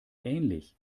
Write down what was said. ähnlich